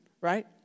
right